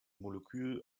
molekül